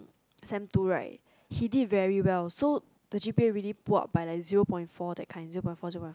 sem two right he did very well so the g_p_a really pull up by like zero point four that kind zero point four zero point five